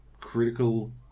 critical